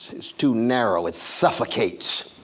too narrow. it suffocates,